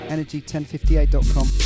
Energy1058.com